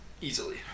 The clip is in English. Easily